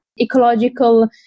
ecological